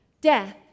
death